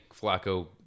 Flacco